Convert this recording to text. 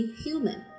human